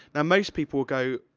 and um most people will go,